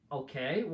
okay